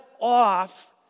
off